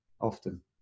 often